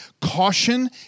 caution